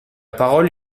parole